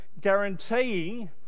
guaranteeing